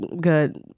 good